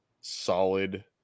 solid